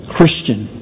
Christian